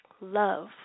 Love